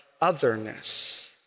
otherness